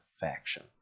faction